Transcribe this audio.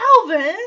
Alvin